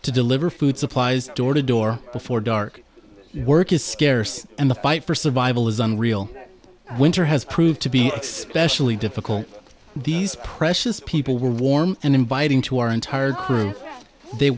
to deliver food supplies door to door before dark work is scarce and the fight for survival is unreal and winter has proved to be specially difficult these precious people were warm and inviting to our entire crew they